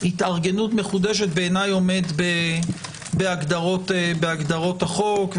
התארגנות ממחודשת בעיניי עומד בהגדרות החוק.